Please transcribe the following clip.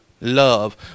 love